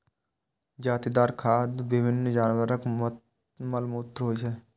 जादेतर खाद विभिन्न जानवरक मल मूत्र होइ छै